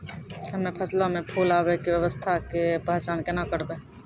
हम्मे फसलो मे फूल आबै के अवस्था के पहचान केना करबै?